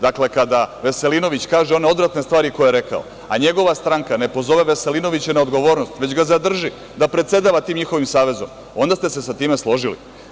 Dakle, kada Veselinović kaže one odvratne stvari koje je rekao, a njegova stranka ne pozove Veselinovića na odgovornost, već ga zadrži da predsedava tim njihovim savezom, onda ste se sa time složili.